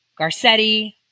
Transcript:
Garcetti